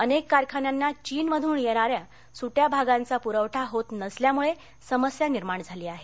अनेक कारखान्यांना चीनमधून येणाऱ्या सुट्या भागांचा पुरवठा होत नसल्यामुळे समस्या निर्माण झाली आहे